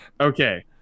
Okay